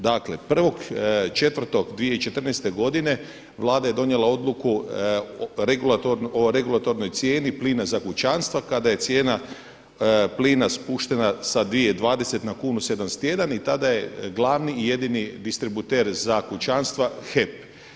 Dakle, 1.4.2014. godine Vlada je donijela odluku o regulatornoj cijeni plina za kućanstva kada je cijena plina spuštena sa dvije i 20 na kunu i 71 i tada je glavni i jedini distributer za kućanstva HEP.